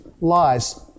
lies